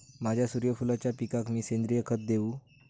माझ्या सूर्यफुलाच्या पिकाक मी सेंद्रिय खत देवू?